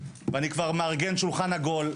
ואני כבר מארגן שולחן עגול.